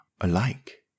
alike